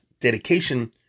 dedication